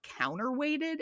counterweighted